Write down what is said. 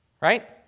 right